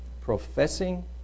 Professing